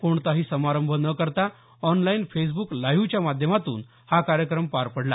कोणताही समारंभ न करता ऑनलाईन फेसब्क लाईव्हच्या माध्यमातून हा कार्यक्रम पार पडला